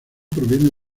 proviene